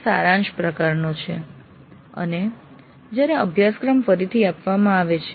આ સારાંશ પ્રકારનો છે અને જ્યારે અભ્યાસક્રમ ફરીથી આપવામાં આવે છે